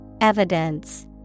Evidence